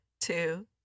two